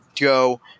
Go